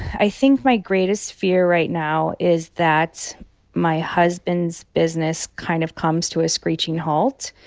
i think my greatest fear right now is that my husband's business kind of comes to a screeching halt.